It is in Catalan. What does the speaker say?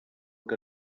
que